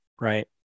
Right